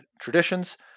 traditions